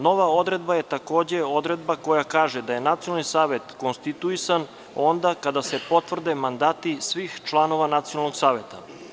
Nova odredba je, takođe, odredba koja kaže da je Nacionalni savet konstituisan onda kada se potvrde mandati svih članova Nacionalnog saveta.